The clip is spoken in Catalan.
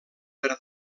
per